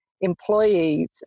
employees